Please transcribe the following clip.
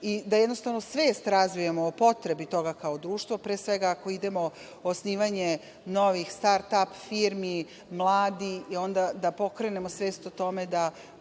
i da jednostavno razvijemo svest o potrebi toga kao društvo, pre svega, ako idemo u osnivanje novih start ap firmi, mladi, da pokrenemo svest o tome da